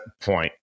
point